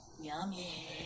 Yummy